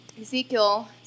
Ezekiel